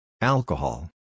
Alcohol